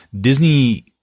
Disney